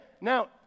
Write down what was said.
now